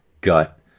Gut